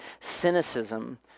cynicism